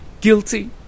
Guilty